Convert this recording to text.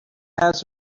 has